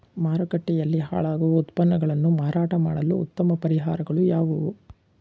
ಮಾರುಕಟ್ಟೆಯಲ್ಲಿ ಹಾಳಾಗುವ ಉತ್ಪನ್ನಗಳನ್ನು ಮಾರಾಟ ಮಾಡಲು ಉತ್ತಮ ಪರಿಹಾರಗಳು ಯಾವುವು?